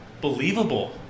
believable